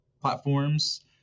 platforms